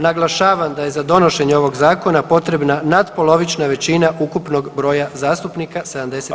Naglašavam da je za donošenje ovog zakona potrebna natpolovična većina ukupnog broja zastupnika 76.